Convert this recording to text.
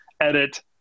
edit